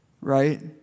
Right